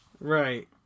Right